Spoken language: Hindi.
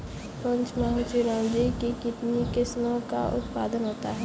पंचमहल चिरौंजी की कितनी किस्मों का उत्पादन होता है?